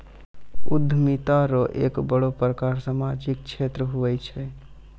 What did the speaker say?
उद्यमिता रो एक बड़ो प्रकार सामाजिक क्षेत्र हुये छै